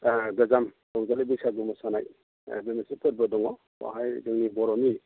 गोजाम रंजालि बैसागु मोसानाय बे मोनसे फोरबो दङ बेवहाय जोंनि बर'नि